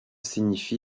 signifie